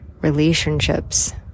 relationships